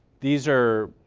these are